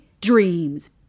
dreams